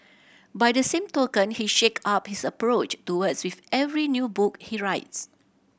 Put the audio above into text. by the same token he shake up his approach to words with every new book he writes